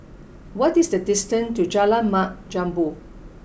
what is the distance to Jalan Mat Jambol